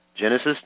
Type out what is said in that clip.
Genesis